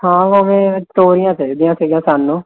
ਖਾਣ ਨੂੰ ਵੀ ਤੋਰੀਆਂ ਚਾਹੀਦੀਆਂ ਸੀਗੀਆਂ ਸਾਨੂੰ